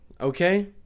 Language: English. okay